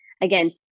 again